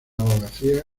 abogacía